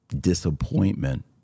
disappointment